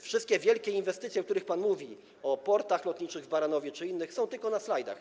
Wszystkie wielkie inwestycje, o których pan mówi, porty lotnicze w Baranowie czy inne, są tylko na slajdach.